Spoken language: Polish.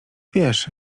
wiesz